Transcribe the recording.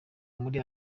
muri